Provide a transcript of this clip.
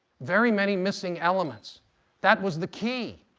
very many missing elements that was the key.